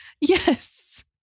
yes